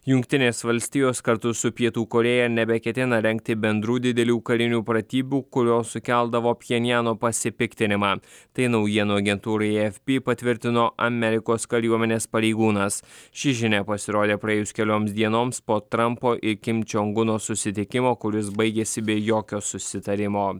jungtinės valstijos kartu su pietų korėja nebeketina rengti bendrų didelių karinių pratybų kurios sukeldavo pchenjano pasipiktinimą tai naujienų agentūrai afp patvirtino amerikos kariuomenės pareigūnas ši žinia pasirodė praėjus kelioms dienoms po trampo ir kim čiong uno susitikimo kuris baigėsi be jokio susitarimo